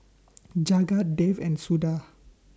Jagat Dev and Suda